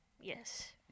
Yes